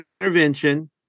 intervention